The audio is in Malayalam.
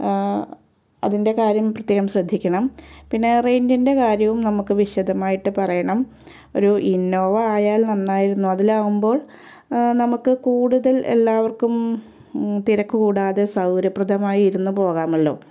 അതിൻ്റെ കാര്യം പ്രത്യേകം ശ്രദ്ധിക്കണം പിന്നെ റെന്റിൻ്റെ കാര്യവും നമുക്ക് വിശദമായിട്ട് പറയണം ഒരു ഇന്നോവ ആയാൽ നന്നായിരുന്നു അതിലാവുമ്പോൾ നമുക്ക് കൂടുതൽ എല്ലാവർക്കും തിരക്കുകൂടാതെ സൗകര്യപ്രദമായി ഇരുന്ന് പോകാമല്ലോ